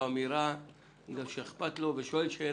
זו אמירה שאכפת לו.